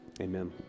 Amen